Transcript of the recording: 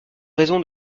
raison